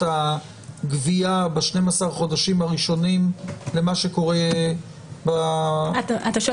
הגבייה ב-12 חודשים הראשונים למה שקורה --- אתה שואל